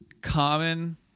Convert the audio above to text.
common